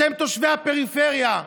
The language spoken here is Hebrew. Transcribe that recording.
בשם תושבי הפריפריה,